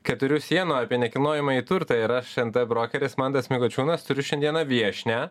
keturių sienų apie nekilnojamąjį turtą ir aš nt brokeris mantas kočiūnas turiu šiandieną viešnią